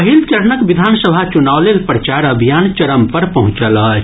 पहिल चरणक विधानसभा चुनाव लेल प्रचार अभियान चरम पर पहुंचल अछि